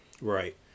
Right